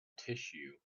tissue